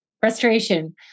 Frustration